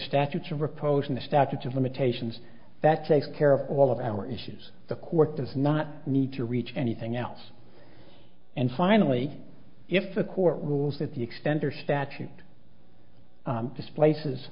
statutes of limitations that takes care of all of our issues the court does not need to reach anything else and finally if the court rules that the extender statute displaces